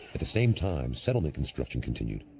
at the same time, settlement construction continued,